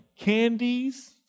candies